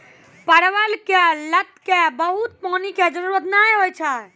परवल के लत क बहुत पानी के जरूरत नाय होय छै